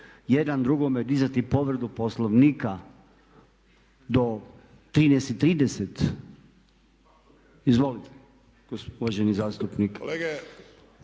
jedan drugome dizati povredu Poslovnika do 13,30 izvolite. Uvaženi zastupnik.